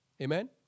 Amen